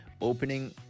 opening